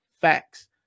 Facts